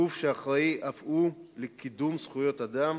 גוף שאחראי אף הוא לקידום זכויות אדם,